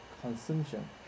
consumption